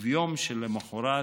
וביום שלמוחרת